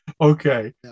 okay